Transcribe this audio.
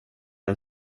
den